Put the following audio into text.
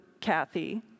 Kathy